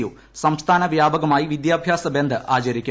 U സംസ്ഥാന വൃാപകമായി വിദ്യാഭ്യാസ ബന്ദ് ആചരിക്കും